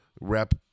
rep